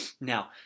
Now